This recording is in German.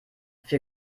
für